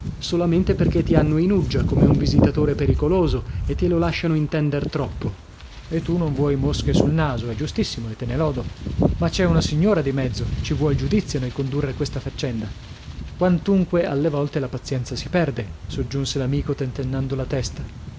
solamente perchè ti hanno in uggia come un visitatore pericoloso e te lo lasciano intender troppo e tu non vuoi mosche sul naso è giustissimo e te ne lodo ma c'è una signora di mezzo ci vuol giudizio nel condurre questa faccenda quantunque alle volte la pazienza si perde soggiunse l'amico tentennando la testa